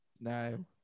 No